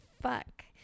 Fuck